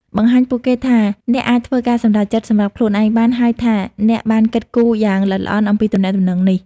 បង្ហាញពួកគេថា អ្នកអាចធ្វើការសម្រេចចិត្តសម្រាប់ខ្លួនឯងបាន ហើយថាអ្នកបានគិតគូរយ៉ាងល្អិតល្អន់អំពីទំនាក់ទំនងនេះ។